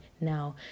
now